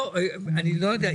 אני לא יודע,